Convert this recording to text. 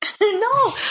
No